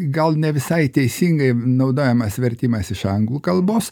gal ne visai teisingai naudojamas vertimas iš anglų kalbos